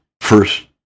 first